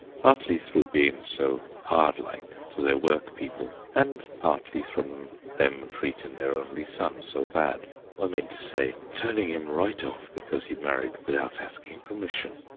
partly through bein' so hard-like to their workpeople, and partly from them treating their only son so bad i mean to say turning him right off because he married without asking permission.